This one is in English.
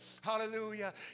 hallelujah